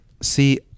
see